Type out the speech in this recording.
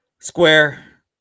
Square